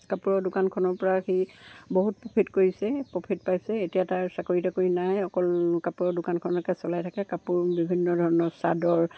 কাপোৰৰ দোকানখনৰ পৰা সি বহুত প্ৰফিট কৰিছে প্ৰফিট পাইছে এতিয়া তাৰ চাকৰি তাকৰি নাই অকল কাপোৰৰ দোকানখনকে চলাই থাকে কাপোৰ বিভিন্ন ধৰণৰ চাদৰ